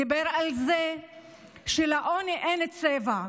דיבר על זה שלעוני אין צבע.